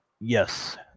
yes